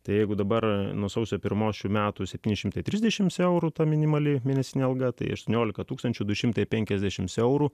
tai jeigu dabar nuo sausio pirmos šių metų septyni šimtai trisdešim eurų ta minimali mėnesinė alga tai aštuoniolika tūkstančių du šimtai penkiasdešim eurų